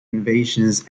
invasions